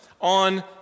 on